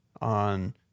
on